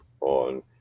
on